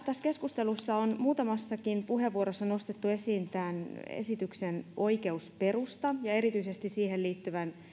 tässä keskustelussa on muutamassakin puheenvuorossa nostettu esiin tämän esityksen oikeusperusta ja erityisesti siihen liittyvä